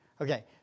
Okay